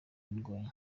indwanyi